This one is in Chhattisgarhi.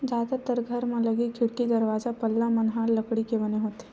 जादातर घर म लगे खिड़की, दरवाजा, पल्ला मन ह लकड़ी के बने होथे